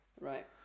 right